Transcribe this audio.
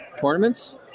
tournaments